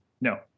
No